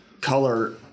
color